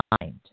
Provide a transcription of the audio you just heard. mind